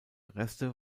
reste